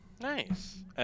Nice